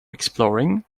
exploring